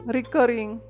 Recurring